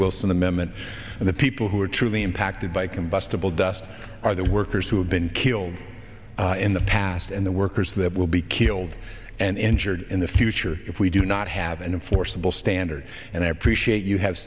wilson the memmott and the people who are truly impacted by combustible dust are the workers who have been killed in the past and the workers that will be killed and injured in the future if we do not have in a forcible standard and i appreciate you have